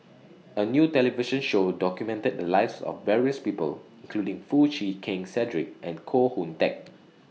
A New television Show documented The Lives of various People including Foo Chee Keng Cedric and Koh Hoon Teck